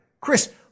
Chris